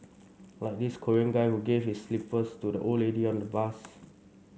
like this Korean guy who gave his slippers to the old lady on the bus